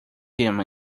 him